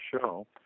show